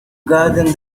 garden